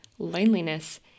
Loneliness